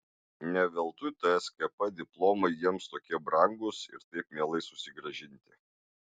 ne veltui tskp diplomai jiems tokie brangūs ir taip mielai susigrąžinti